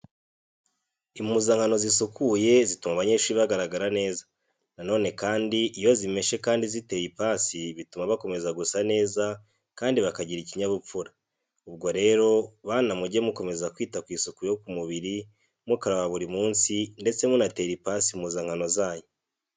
Impuzankano zisukuye zituma abanyeshuri bagaragara neza. Na none kandi iyo zimeshe kandi ziteye ipasi bituma bakomeza gusa neza kandi bakagira ikinyabupfura. Ubwo rero, bana mujye mukomeza kwita ku isuku yo ku mubiri, mukaraba buri munsi ndetse munatera n'ipasi impuzankano zanyu.